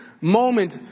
moment